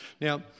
Now